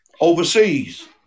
overseas